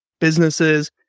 businesses